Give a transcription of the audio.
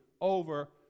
over